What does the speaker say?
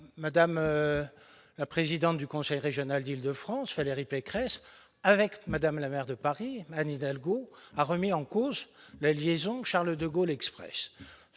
Mme la présidente du conseil régional d'Île-de-France, Valérie Pécresse, avec Mme la maire de Paris, Anne Hidalgo, a remis en cause la liaison Charles-de-Gaulle Express